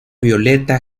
violeta